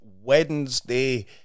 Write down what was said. Wednesday